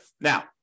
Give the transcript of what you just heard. Now